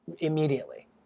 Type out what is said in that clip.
immediately